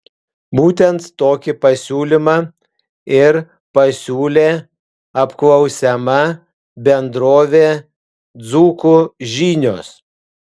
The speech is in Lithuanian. būtent tokį pasiūlymą ir pasiūlė apklausiama bendrovė dzūkų žinios